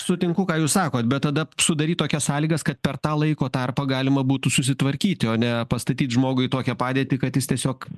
sutinku ką jūs sakot bet tada sudaryt tokias sąlygas kad per tą laiko tarpą galima būtų susitvarkyti o ne pastatyt žmogų į tokią padėtį kad jis tiesiog